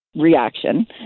reaction